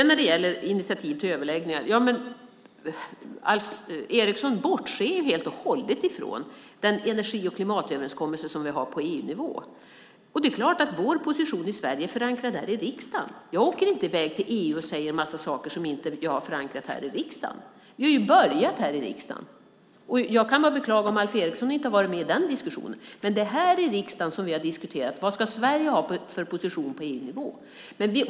När det gäller initiativ till överläggningar bortser Alf Eriksson helt och hållet från den energi och klimatöverenskommelse som vi har på EU-nivå. Det är klart att vår position i Sverige är förankrad här i riksdagen. Jag åker inte iväg till EU och säger en massa saker som jag inte har förankrat här i riksdagen. Vi har ju börjat här i riksdagen. Jag kan bara beklaga om Alf Eriksson inte har varit med i den diskussionen. Men det är här i riksdagen som vi har diskuterat vad Sverige ska ha för position på EU-nivå.